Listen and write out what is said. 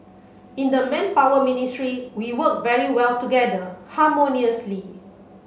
in the Manpower Ministry we work very well together harmoniously